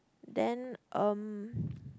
then um